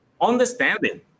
understanding